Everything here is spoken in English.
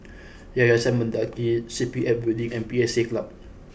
Yayasan Mendaki C P F Building and P S A Club